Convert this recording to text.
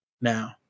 now